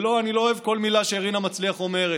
ולא, אני לא אוהב כל מילה שרינה מצליח אומרת.